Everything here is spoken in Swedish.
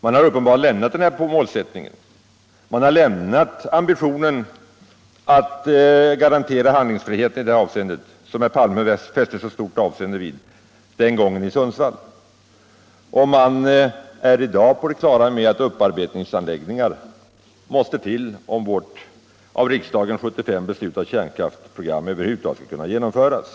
Man har uppenbarligen lämnat denna målsättning, lämnat ambitionen att garantera handlingsfriheten i det här avseendet, vilket herr Palme fäste så stort avseende vid den gången i Sundsvall. Man är i dag på det klara med att upparbetningsoch anrikningsanläggningar måste till för att vårt av riksdagen 1975 beslutade kärnkraftsprogram över huvud taget skall kunna genomföras.